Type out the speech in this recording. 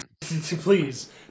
Please